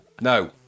no